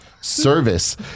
service